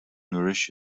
nourish